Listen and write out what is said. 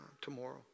tomorrow